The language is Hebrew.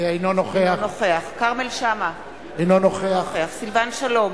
אינו נוכח כרמל שאמה, אינו נוכח סילבן שלום,